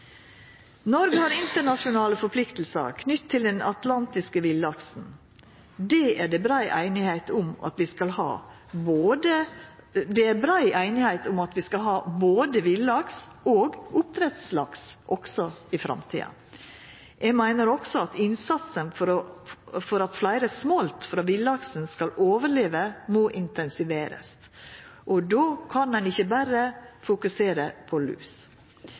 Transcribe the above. Noreg har internasjonale forpliktingar knytte til den atlantiske villaksen. Det er brei einigheit om at vi skal ha både villaks og oppdrettslaks òg i framtida. Eg meiner òg at innsatsen for at fleire smolt frå villaksen skal overleva, må intensiverast, og då kan ein ikkje berre fokusera på lus.